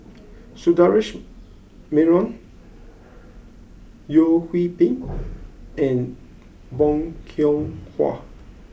Sundaresh Menon Yeo Hwee Bin and Bong Hiong Hwa